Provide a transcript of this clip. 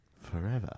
forever